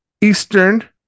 eastern